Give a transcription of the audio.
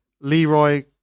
Leroy